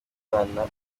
umwana